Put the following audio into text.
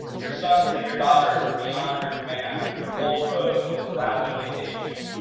your sons and your daughters are beyond your command, your old road is rapidly aging.